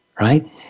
right